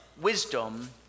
wisdom